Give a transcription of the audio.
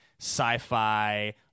sci-fi